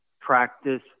practice